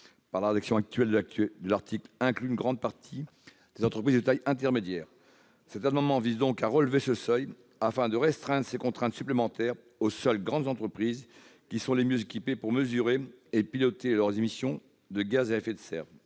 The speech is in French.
par la rédaction actuelle de l'article conduit à inclure une grande partie des entreprises de taille intermédiaire. Cet amendement vise donc à relever ce seuil afin de restreindre l'application de ces contraintes supplémentaires aux seules grandes entreprises, qui sont les mieux équipées pour mesurer et piloter leurs émissions de gaz à effet de serre.